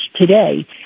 today